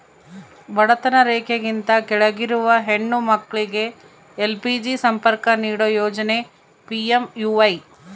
ಬಡತನ ರೇಖೆಗಿಂತ ಕೆಳಗಿರುವ ಹೆಣ್ಣು ಮಕ್ಳಿಗೆ ಎಲ್.ಪಿ.ಜಿ ಸಂಪರ್ಕ ನೀಡೋ ಯೋಜನೆ ಪಿ.ಎಂ.ಯು.ವೈ